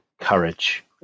courage